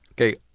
Okay